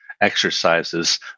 exercises